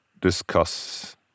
discuss